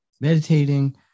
meditating